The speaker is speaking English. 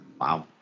Wow